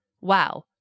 Wow